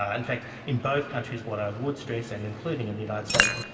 ah in fact in both countries what i would stress and including in the united states,